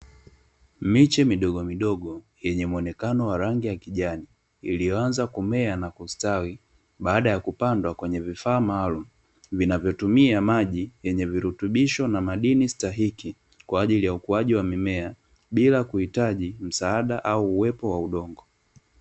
Miche midogo midogo yenye muonekano wa rangi ya kijani iliyoanza kumea na kustawi baada ya kupandwa kwenye vifaa maalumu, vinavyotumia maji yenye virutubisho na madini stahiki kwa ajili ya ukuwaji wa mimea bila kuhitaji msaada au uwepo wa udongo.